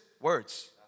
words